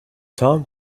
tom